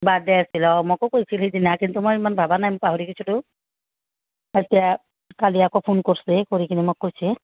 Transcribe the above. birthday আছিল অঁ মোকো কৈছিল সেইদিনা কিন্তু মই ইমান ভাবা নাই মই পাহৰি গৈছিলো এতিয়া কালি আকৌ ফোন কৰিছে কৰি কিনে মোক কৈছে